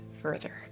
further